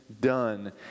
done